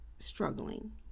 struggling